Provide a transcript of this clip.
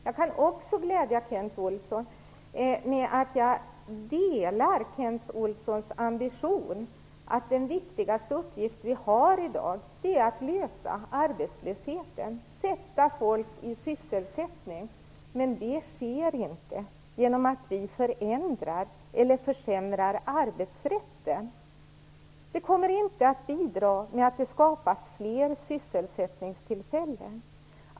Jag kan också glädja Kent Olsson med att jag delar hans ambition att den viktigaste uppgift som vi i dag har är att bekämpa arbetslösheten, att sätta folk i sysselsättning. Men detta sker inte genom att vi försämrar arbetsrätten. Det kommer inte att bidra till att skapa fler sysselsättningstillfällen.